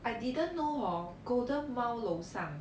I didn't know hor golden mile 楼上